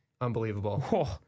Unbelievable